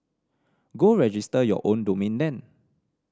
go register your own domain then